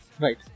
Right